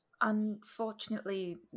Unfortunately